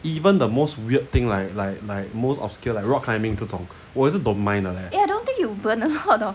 even the most weird thing like like like most obscure like rock climbing 这种我也是 don't mind 的 leh